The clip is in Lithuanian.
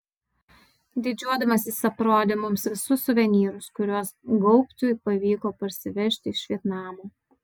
didžiuodamasis aprodė mums visus suvenyrus kuriuos gaubtui pavyko parsivežti iš vietnamo